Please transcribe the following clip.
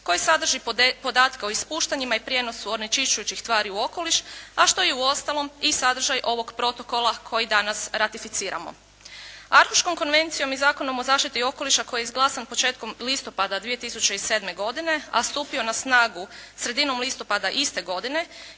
koji sadrži podatke o ispuštanjima i prijenosu onečiščujućih tvari u okoliš a što je uostalom i sadržaj ovoga Protokola koji danas ratificiramo. Arhuškom konvencijom i Zakonom o zaštiti okoliša koji je izglasan početkom listopada 2007. godine a stupio na snagu sredinom listopada iste godine